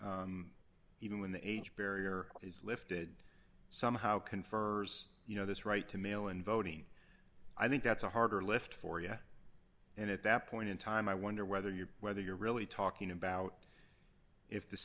even when the age barrier is lifted somehow confers you know this right to mail in voting i think that's a harder lift for you and at that point in time i wonder whether you're whether you're really talking about if the